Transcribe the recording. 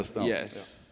Yes